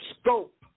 Scope